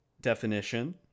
definition